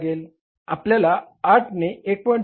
आपल्याला 8 ने 1